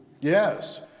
yes